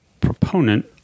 proponent